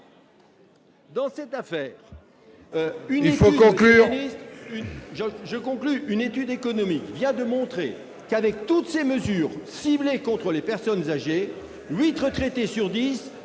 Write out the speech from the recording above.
conclure. Je conclus. Une étude économique vient de montrer qu'avec toutes ces mesures ciblées contre les personnes âgées, huit retraités sur dix